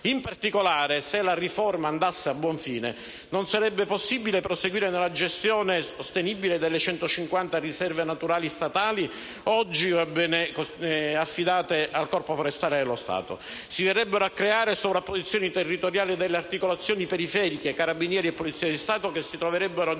In particolare, se la riforma andasse a buon fine, non sarebbe possibile proseguire nella gestione sostenibile delle 150 riserve naturali statali oggi affidate al Corpo forestale dello Stato. Si verrebbero a creare sovrapposizioni territoriali delle articolazioni periferiche (Carabinieri e Polizia di Stato), che si troverebbero a